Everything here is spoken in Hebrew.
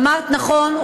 אמרת נכון,